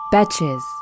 Betches